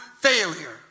failure